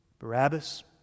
Barabbas